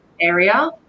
area